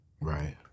Right